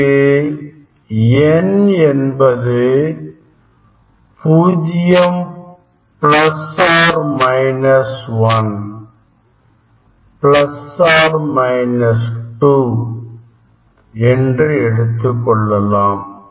இங்கு n என்பது பூஜ்ஜியம் plus R minus 1 plus R minus 2 என்று எடுத்துக்கொள்ளலாம்